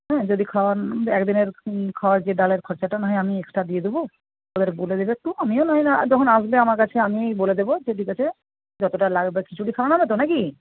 হ্যাঁ যদি খাওয়ার একদিনের খাওয়ার যে ডালের খরচাটা না হয় আমিই এক্সট্রা দিয়ে দেবো এবারে বলে দেবে একটু আমিও না হয় যখন আসবে আমার কাছে আমিই বলে দেবো যে ঠিক আছে যতটা লাগবে খিচুড়ি খাওয়ানো হবে তো না কি